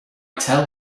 tell